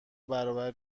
برابر